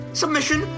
submission